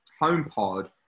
HomePod